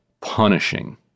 punishing